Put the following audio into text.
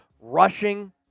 rushing